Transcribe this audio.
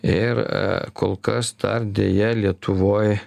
ir kol kas dar deja lietuvoj